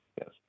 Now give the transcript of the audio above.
yes